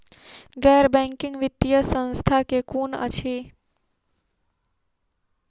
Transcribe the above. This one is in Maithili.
गैर बैंकिंग वित्तीय संस्था केँ कुन अछि?